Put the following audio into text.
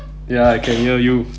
ya I can hear you